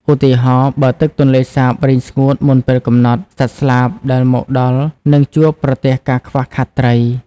ឧទាហរណ៍ បើទឹកទន្លេសាបរីងស្ងួតមុនពេលកំណត់ សត្វស្លាបដែលមកដល់នឹងជួបប្រទះការខ្វះខាតត្រី។